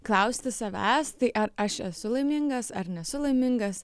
klausti savęs tai ar aš esu laimingas ar nesu laimingas